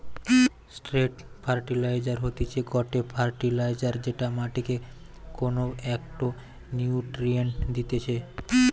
straight fertilizer হতিছে গটে fertilizer যেটা মাটিকে কোনো একটো নিউট্রিয়েন্ট দিতেছে